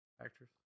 actress